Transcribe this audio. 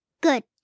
Good